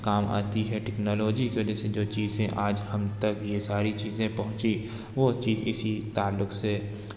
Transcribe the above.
کام آتی ہے ٹیکنالوجی کی وجہ سے جو چیزیں آج ہم تک یہ ساری چیزیں پہنچی وہ چیز اسی تعلق سے